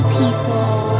people